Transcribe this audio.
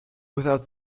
without